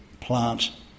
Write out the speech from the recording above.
plant